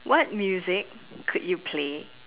what music could you play